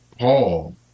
Paul